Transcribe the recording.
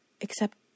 Except